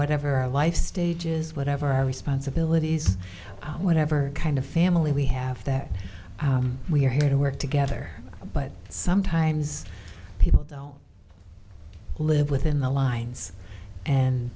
whatever our life stages whatever our responsibilities whatever kind of family we have that we're here to work together but sometimes people don't live within the lines and